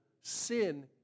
sin